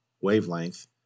wavelength